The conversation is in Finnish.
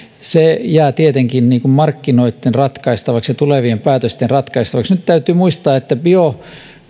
jää tietenkin markkinoitten ratkaistavaksi tulevien päätösten ratkaistavaksi nyt täytyy muistaa että